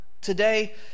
today